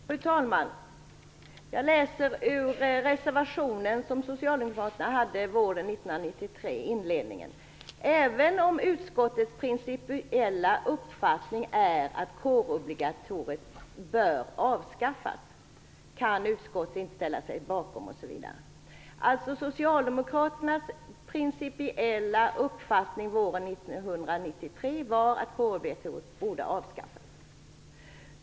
Fru talman! Jag läser ur den reservation som socialdemokraterna hade våren 1993: "Även om utskottets principiella uppfattning är att kårobligatoriet bör avskaffas, kan utskottet inte ställa sig bakom -." Socialdemokraternas principiella uppfattning våren 1993 var alltså att kårobligatoriet borde avskaffas.